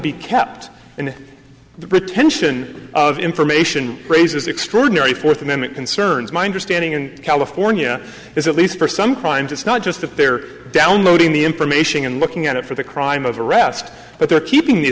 be kept and the pretension of information raises extraordinary fourth amendment concerns minder standing in california is at least for some crimes it's not just if they're downloading the information and looking at it for the crime of arrest but they're keeping th